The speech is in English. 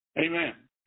Amen